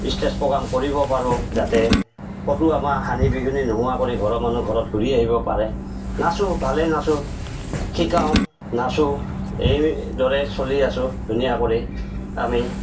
stage programme কৰিব পাৰোঁ যাতে ক'তো আমাৰ হানি বিঘিনি নোহোৱাকৈ ঘৰৰ মানুহ ঘৰত ঘূৰি আহিব পাৰে নাচোঁ ভালেই নাচোঁ শিকাওঁ নাচোঁ এইদৰে চলি আছো ধুনীয়া কৰি আমি